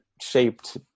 shaped